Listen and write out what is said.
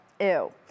ew